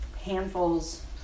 handfuls